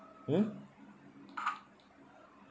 hmm